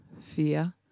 fear